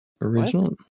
original